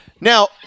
Now